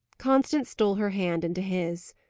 constance stole her hand into his.